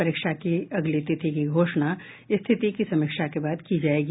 परीक्षा की अगली तिथि की घोषणा स्थिति की समीक्षा के बाद की जायेगी